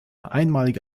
einmalige